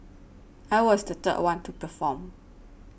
I was the third one to perform